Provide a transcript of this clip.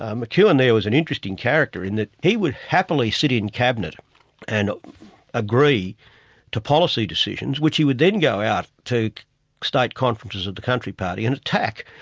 ah mcewen there was an interesting character, in that he would happily sit in cabinet and agree to policy decisions, which he would then go out to state conferences of the country party, and attack.